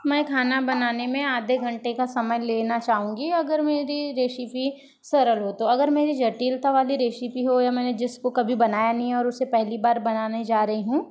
मैं खाना बनाने में आधे घंटे का समय लेना चाहूंगी अगर मेरी रेसेपी सरल हो तो अगर मेरी जटिलता वाली रेसेपी हो या मैंने जिसको कभी बनाया नहीं और उसे पहली बार बनाने जा रही हूँ